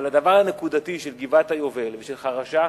אבל הדבר הנקודתי של גבעת-היובל ושל חרשה,